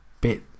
bit